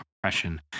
oppression